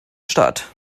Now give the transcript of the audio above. statt